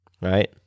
right